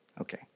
Okay